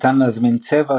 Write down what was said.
ניתן להזמין צבע,